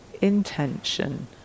intention